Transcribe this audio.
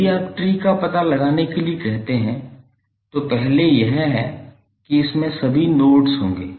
यदि आप ट्री का पता लगाने के लिए कहते हैं तो पहले यह है कि इसमें सभी नोड्स होंगे